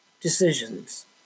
decisions